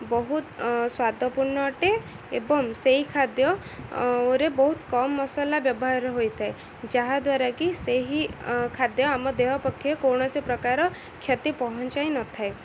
ବହୁତ ସ୍ଵାଦପୂର୍ଣ୍ଣ ଅଟେ ଏବଂ ସେହି ଖାଦ୍ୟ ରେ ବହୁତ କମ୍ ମସଲା ବ୍ୟବହାର ହୋଇଥାଏ ଯାହାଦ୍ୱାରା କି ସେହି ଖାଦ୍ୟ ଆମ ଦେହ ପକ୍ଷେ କୌଣସି ପ୍ରକାର କ୍ଷତି ପହଞ୍ଚାଇ ନଥାଏ